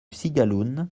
cigaloun